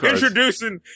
Introducing